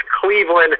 Cleveland